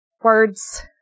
words